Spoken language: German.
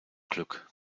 glück